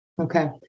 Okay